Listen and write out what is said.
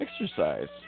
exercise